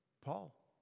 Paul